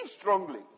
strongly